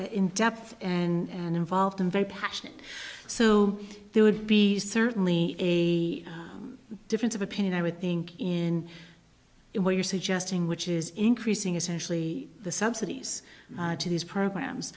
in depth and involved in very passionate so there would be certainly a difference of opinion i would think in what you're suggesting which is increasing essentially the subsidies to these programs